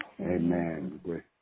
Amen